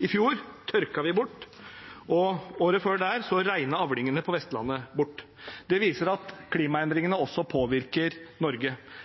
I fjor tørket vi bort, og året før det regnet avlingene på Vestlandet bort. Det viser at klimaendringene påvirker også Norge.